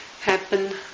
happen